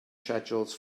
schedules